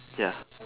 ya